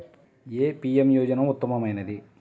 ఏ PM Yojana ఉత్తమమైనది?